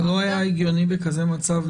אבל לא היה הגיוני בכזה מצב,